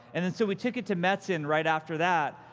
and and so we took it to metzen right after that.